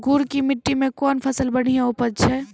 गुड़ की मिट्टी मैं कौन फसल बढ़िया उपज छ?